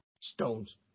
stones